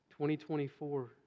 2024